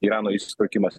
irano įsitraukimas